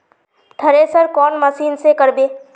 Thresher कौन machine से करबे?